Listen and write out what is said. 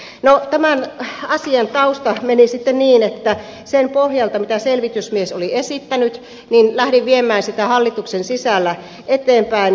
no tämän asian tausta meni sitten niin että sen pohjalta mitä selvitysmies oli esittänyt lähdin viemään sitä hallituksen sisällä eteenpäin